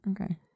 okay